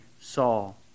Saul